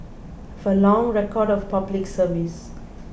have a long record of Public Service